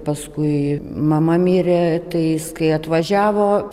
paskui mama mirė tais kai atvažiavo